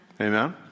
Amen